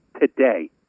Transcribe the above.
today